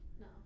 No